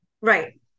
Right